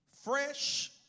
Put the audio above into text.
Fresh